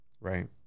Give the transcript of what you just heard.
right